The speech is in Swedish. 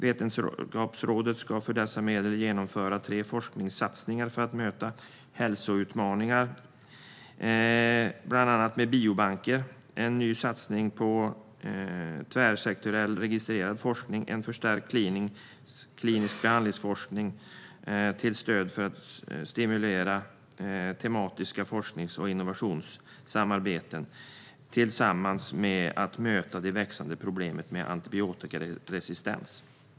Vetenskapsrådet ska för dessa medel genomföra tre forskningssatsningar för att möta hälsoutmaningen, bland annat genom biobanker, en ny satsning på tvärsektoriell registerbaserad forskning, en förstärkning av klinisk behandlingsforskning, stöd för att stimulera tematiska forsknings och innovationssamarbeten och forskning för att möta det växande problemet med antibiotikaresistens.